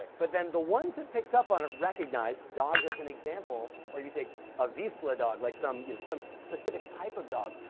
but then the ones that picked up on it recognized dogs as an example or you take a vizsla dog, like some you know some specific type of dog,